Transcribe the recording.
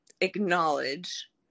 acknowledge